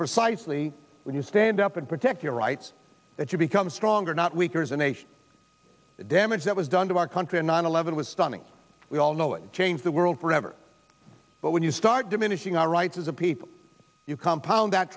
precisely when you stand up and protect your rights that you become stronger not weaker as a nation the damage that was done to our country in nine eleven was stunning we all know it changed the world forever but when you start diminishing our rights as a people you compound that